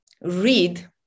read